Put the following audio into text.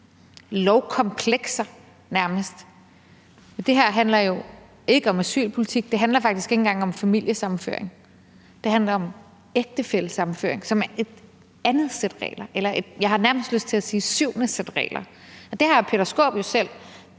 lovkomplekser – nærmest. Det her handler jo ikke om asylpolitik. Det handler faktisk ikke engang om familiesammenføring. Det handler om ægtefællesammenføring, som er et andet sæt regler, eller jeg har nærmest lyst til at sige et syvende sæt regler. Der har hr. Peter Skaarup jo selv